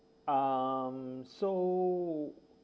um so